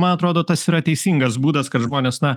man atrodo tas yra teisingas būdas kad žmonės na